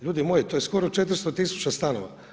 Ljudi moji, to je skoro 400 000 stanova.